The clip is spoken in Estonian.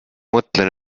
mõtlen